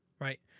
right